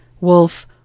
Wolf